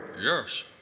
Yes